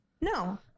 No